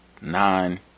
nine